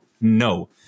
no